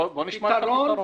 בואו נשמע את הפתרון.